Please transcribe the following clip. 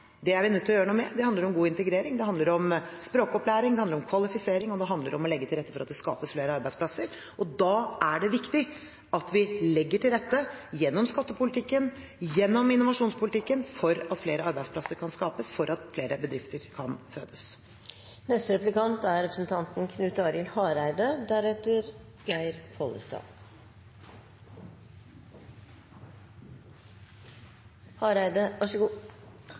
Det er vi nødt til å gjøre noe med. Det handler om god integrering, det handler om språkopplæring, det handler om kvalifisering, og det handler om å legge til rette for at det skapes flere arbeidsplasser. Og da er det viktig at vi legger til rette – gjennom skattepolitikken, gjennom innovasjonspolitikken – for at flere arbeidsplasser kan skapes, for at flere bedrifter kan